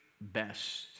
best